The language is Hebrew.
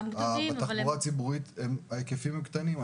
בתחבורה ציבורית ההיקפים קטנים.